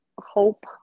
hope